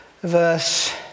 verse